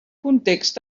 context